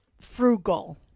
frugal